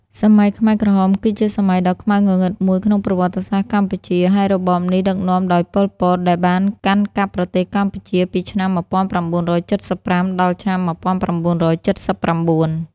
សម័យខ្មែរក្រហម គឺជាសម័យដ៏ខ្មៅងងឹតមួយក្នុងប្រវត្តិសាស្ត្រកម្ពុជា ហើយរបបនេះដឹកនាំដោយប៉ុលពតដែលបានកាន់កាប់ប្រទេសកម្ពុជាពីឆ្នាំ១៩៧៥ ដល់ឆ្នាំ១៩៧៩។